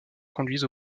conduisent